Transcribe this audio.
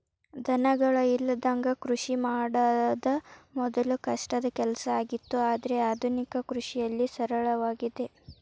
ದನಗಳ ಇಲ್ಲದಂಗ ಕೃಷಿ ಮಾಡುದ ಮೊದ್ಲು ಕಷ್ಟದ ಕೆಲಸ ಆಗಿತ್ತು ಆದ್ರೆ ಆದುನಿಕ ಕೃಷಿಯಲ್ಲಿ ಸರಳವಾಗಿದೆ